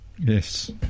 yes